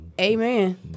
Amen